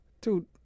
Dude